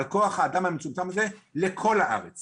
על כוח האדם המצומצם הזה לכל הארץ